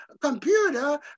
computer